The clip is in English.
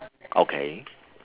okay